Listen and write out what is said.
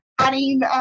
adding